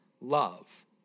love